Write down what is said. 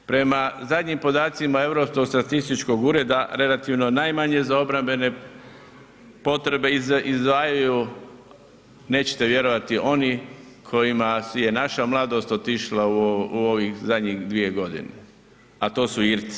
Prema zadnjim podacima Europskog statističkog ureda, relativno najmanje za obrambene potrebe izdvajaju, nećete vjerovati oni kojima je naša mladost otišla u ovih zadnjih 2 g. a to su Irci.